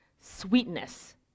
sweetness